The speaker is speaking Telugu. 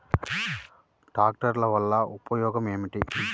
ట్రాక్టర్ల వల్ల ఉపయోగం ఏమిటీ?